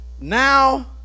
Now